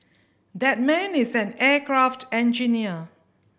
that man is an aircraft engineer